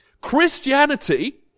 Christianity